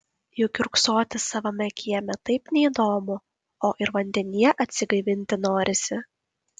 juk kiurksoti savame kieme taip neįdomu o ir vandenyje atsigaivinti norisi